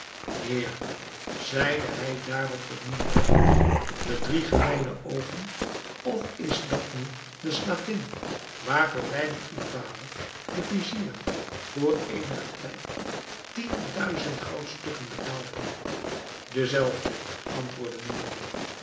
heer zeide hij daarop tot noureddin bedriegen mij mijne oogen of is dat niet de slavin waarvoor wijlen uw vader de vizier voor eenigen tijd tien duizend goudstukken betaald heeft dezelfde antwoordde noureddin